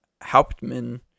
Hauptmann